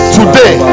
today